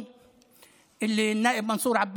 ממשלת